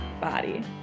body